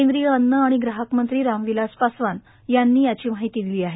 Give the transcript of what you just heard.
केंद्रीय अन्न आणि ग्राहकमंत्री रामविलास पासवान यांनी याची माहिती दिली आहे